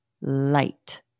light